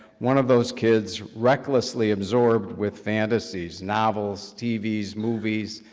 one of those kids recklessly absorbed with fantasies, novels, tv, movies,